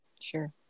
Sure